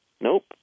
Nope